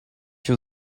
you